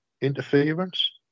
interference